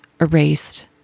erased